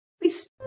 Please